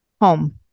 home